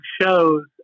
shows